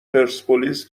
پرسپولیس